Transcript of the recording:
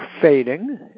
fading